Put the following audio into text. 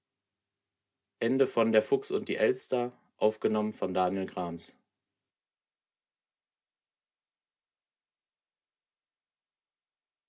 und die elster